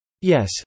Yes